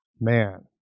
man